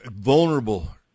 vulnerable